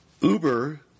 Uber